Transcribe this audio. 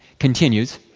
continues.